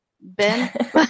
Ben